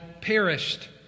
perished